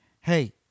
hey